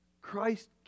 christ